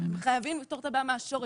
אתם חייבים לפתור את הבעיה מהשורש.